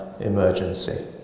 emergency